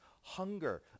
hunger